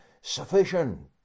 sufficient